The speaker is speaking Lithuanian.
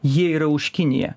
jie yra už kiniją